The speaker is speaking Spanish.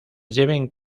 lleven